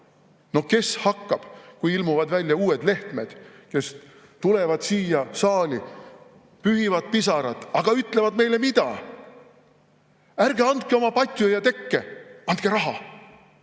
No kes hakkab, kui ilmuvad välja uued Lehtmed, kes tulevad siia saali ja pühivad pisaraid, aga ütlevad meile – mida? –, et ärge andke oma patju ja tekke, andke raha?